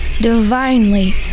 divinely